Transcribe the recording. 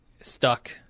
stuck